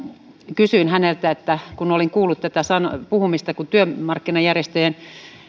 kysyin häneltä kun olin kuullut puhuttavan tästä että kun työmarkkinajärjestöjen